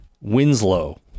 Winslow